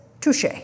Touche